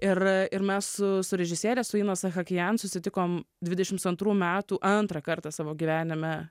ir ir mes su režisiere su ina sachakijan susitikom dvidešims antrų metų antrą kartą savo gyvenime